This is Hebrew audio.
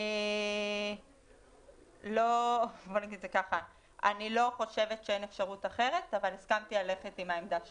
אני לא חושבת שאין אפשרות אחרת אבל הסכמתי ללכת עם העמדה שלהם.